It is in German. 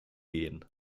gehen